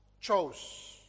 chose